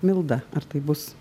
milda ar taip bus